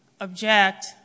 object